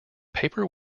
paper